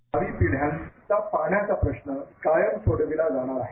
भावी पिढ्यांचा पाण्यांचा प्रश्न कायम सोडविला जाणार आहे